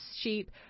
sheep